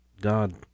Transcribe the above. God